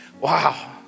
Wow